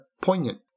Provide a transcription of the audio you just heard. poignant